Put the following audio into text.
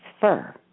fur